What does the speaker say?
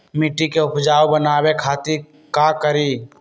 मिट्टी के उपजाऊ बनावे खातिर का करी?